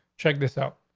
check this out.